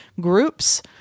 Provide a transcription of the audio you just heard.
groups